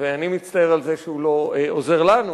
ואני מצטער על זה שהוא לא עוזר לנו,